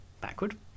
backward